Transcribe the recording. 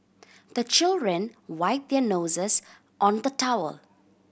the children wipe their noses on the towel